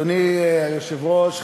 בבג"ץ 8293,